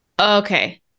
Okay